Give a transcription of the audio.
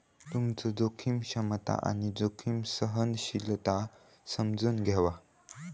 तुमचो जोखीम क्षमता आणि जोखीम सहनशीलता समजून घ्यावा